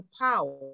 power